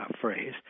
phrase